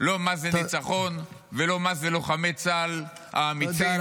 לא מה זה ניצחון ולא מה זה לוחמי צה"ל האמיצים,